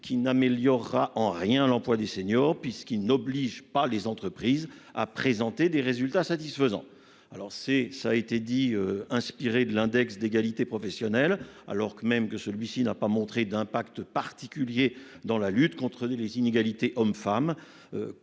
qui n'améliorera en rien l'emploi des seniors, puisqu'il n'oblige pas les entreprises à présenté des résultats satisfaisants. Alors c'est ça a été dit inspiré de l'index d'égalité professionnelle alors que même que celui-ci n'a pas montré d'impact particulier dans la lutte contre les inégalités. Hommes-femmes.